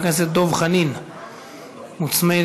הכנסת אורלי לוי אבקסיס.